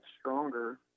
stronger